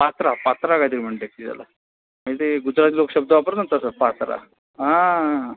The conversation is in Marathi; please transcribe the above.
पात्रा पात्रा काहीतरी म्हणते ती त्याला म्हणजे ते गुजराती लोक शब्द वापरतात ना तसा पात्रा हां